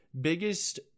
biggest